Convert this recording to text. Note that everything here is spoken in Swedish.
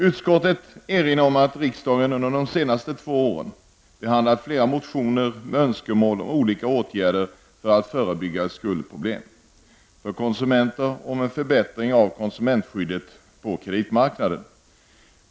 Utskottet erinrar om att riksdagen under de senaste två åren har behandlat flera motioner med önskemål om olika åtgärder för att förebygga skuldproblem för konsumenter och för att förbättra av konsumentskyddet på kreditmarknaden.